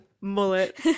Mullet